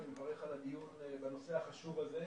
אני מברך על הדיון בנושא החשוב הזה.